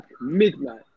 midnight